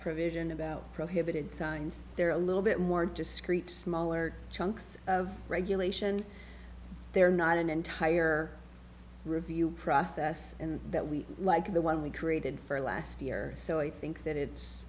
provision about prohibited signs they're a little bit more discrete smaller chunks of regulation they're not an entire review process and that we like the one we created for last year so i think that it's